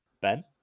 Ben